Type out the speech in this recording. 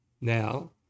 Now